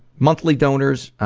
monthly donors,